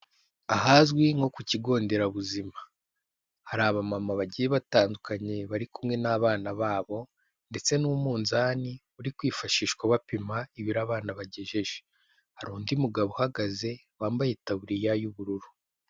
Ahazwi nko ku kigo nderabuzima, hari abamama bagiye batandukanye bari kumwe n'abana babo ndetse n'umunzani uri kwifashishwa bapima ibiro abana bagejeje, hari undi mugabo uhagaze wambaye itaburiya y'ubururu.